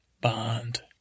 bond